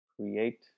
create